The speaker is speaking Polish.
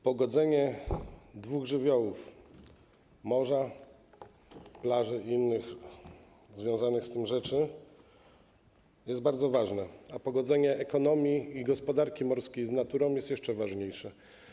Pogodzenie dwóch żywiołów: morza, plaży i innych związanych z tym rzeczy jest bardzo ważne, a pogodzenie ekonomii i gospodarki morskiej z naturą jest jeszcze ważniejsze.